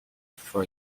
for